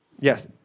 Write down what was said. yes